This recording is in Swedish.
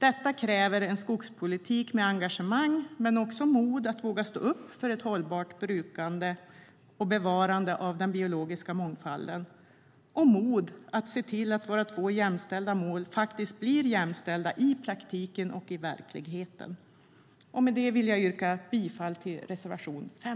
Detta kräver en skogspolitik med engagemang men också mod att våga stå upp för ett hållbart brukande och bevarande av den biologiska mångfalden och mod att se till att våra två jämställda mål faktiskt blir jämställda i praktiken och i verkligheten. Med detta vill jag yrka bifall till reservation 5.